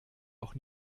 auch